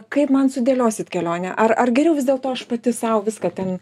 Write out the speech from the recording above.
kaip man sudėliosit kelionę ar ar geriau vis dėlto aš pati sau viską ten